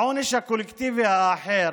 העונש הקולקטיבי האחר,